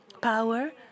power